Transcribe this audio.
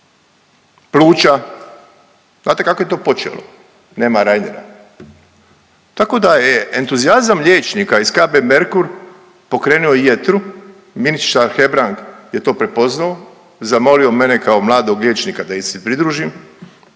pluća. Znate kako je to počelo? Nema Reinera. Tako da je entuzijazam liječnika iz KB Merkur pokrenuo jetru, ministar Hebrang je to prepoznao, zamolio mene kao mladog liječnika da im se pridružim,